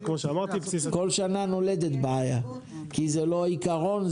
אבל כמו שאמרתי בסיס התקציב -- כל שנה נולדת בעיה כי זה לא עיקרון,